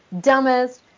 dumbest